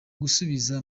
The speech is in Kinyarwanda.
gusubiza